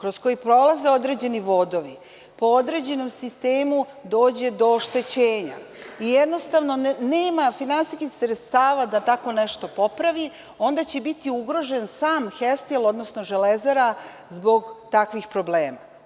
kroz koju prolaze određeni vodovi, po određenom sistemu dođe do oštećenja i jednostavno nema finansijskih sredstava da tako nešto popravi, onda će biti ugrožen sam „Hestil“, odnosno „Železara“ zbog takvih problema.